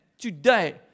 today